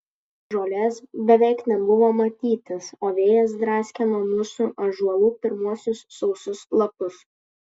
žolės beveik nebuvo matytis o vėjas draskė nuo mūsų ąžuolų pirmuosius sausus lapus